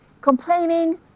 Complaining